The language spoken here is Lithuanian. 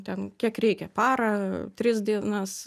ten kiek reikia parą tris dienas